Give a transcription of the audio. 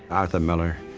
arthur miller,